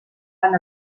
fan